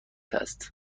است